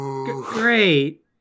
Great